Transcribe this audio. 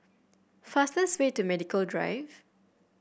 fastest way to Medical Drive